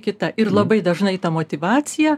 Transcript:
kita ir labai dažnai ta motyvacija